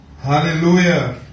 hallelujah